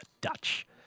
Dutch